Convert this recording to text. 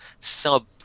sub